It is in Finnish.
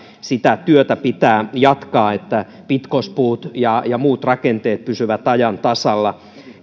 sitä työtä pitää jatkaa että pitkospuut ja ja muut rakenteet pysyvät ajan tasalla